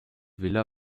villa